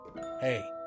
hey